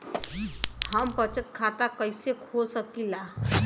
हम बचत खाता कईसे खोल सकिला?